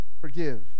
Forgive